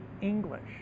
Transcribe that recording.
English